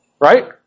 right